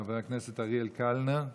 חבר הכנסת אריאל קלנר,